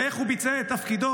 ואיך הוא ביצע את תפקידו?